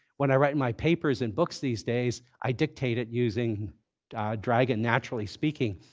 when i write my papers and books these days, i dictate it using dragon naturally speaking.